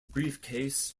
briefcase